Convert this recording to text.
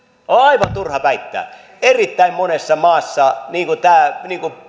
on aivan turha väittää muuta erittäin monessa maassa tämä